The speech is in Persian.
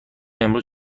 امروز